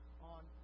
on